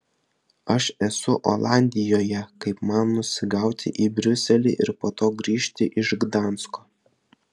aš esu olandijoje kaip man nusigauti į briuselį ir po to grįžti iš gdansko